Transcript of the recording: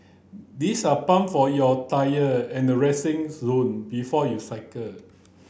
these are pump for your tyre at the resting zone before you cycle